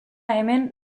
hemen